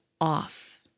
off